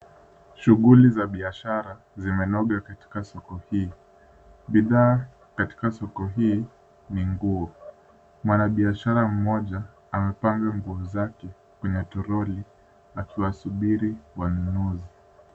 Shughuli za biashara zimenoga katika soko hii. Bidhaa katika soko hii ni nguo. Mwanabiashara mmoja amepanga nguo zake kwenye troli akiwasubiri wanunuzi.